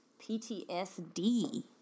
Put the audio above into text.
PTSD